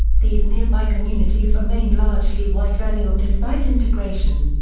these nearby communities remained largely white early on despite integration.